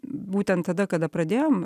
būtent tada kada pradėjom